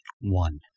one